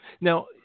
Now